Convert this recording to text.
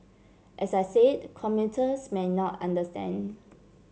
as I said commuters may not understand